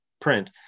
print